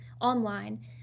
online